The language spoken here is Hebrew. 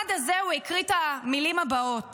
ובמעמד הזה הוא הקריא את המילים הבאות: